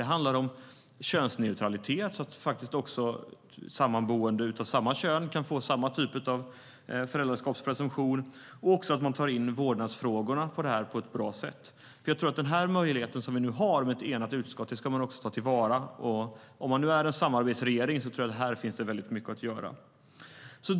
Det handlar om könsneutralitet, så att också sammanboende av samma kön kan få samma typ av föräldraskapspresumtion, och även om att man tar in vårdnadsfrågorna på ett bra sätt. Den möjlighet som vi nu har med ett enat utskott ska man också ta till vara. Om man nu är en samarbetsregering tror jag att det finns väldigt mycket att göra här.